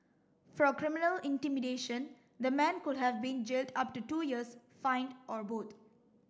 for criminal intimidation the man could have been jailed up to two years fined or both